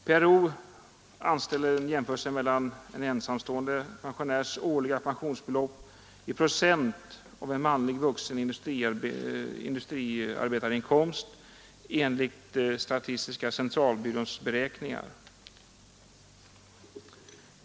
PRO anställer en jämförelse och anger en ensamstående pensionärs årliga pensionsbelopp i procent av en vuxen, manlig industriarbetares inkomst enligt statistiska centralbyråns beräkningar.